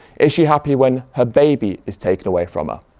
is she happy when her baby is taken away from her?